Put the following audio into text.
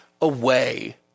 away